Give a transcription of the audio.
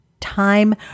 time